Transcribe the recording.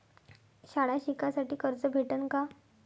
शाळा शिकासाठी कर्ज भेटन का?